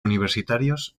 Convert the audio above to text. universitarios